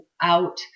out